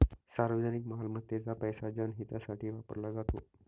सार्वजनिक मालमत्तेचा पैसा जनहितासाठी वापरला जातो